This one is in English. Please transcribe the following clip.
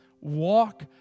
walk